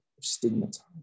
stigmatized